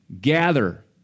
gather